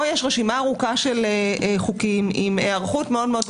פה יש רשימה ארוכה של חוקים עם היערכות גדולה מאוד,